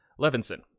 Levinson